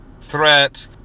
threat